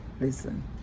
listen